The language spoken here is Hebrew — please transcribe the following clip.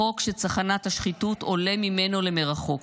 חוק שצחנת השחיתות עולה ממנו למרחוק.